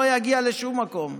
לא יגיע לשום מקום.